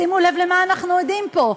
שימו לב למה אנחנו עדים פה,